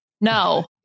No